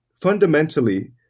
fundamentally